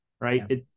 right